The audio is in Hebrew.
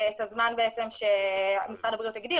את הזמן שמשרד הבריאות הגדיר,